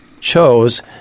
chose